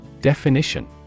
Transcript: Definition